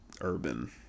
urban